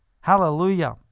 Hallelujah